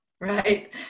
Right